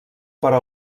però